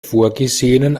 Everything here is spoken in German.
vorgesehenen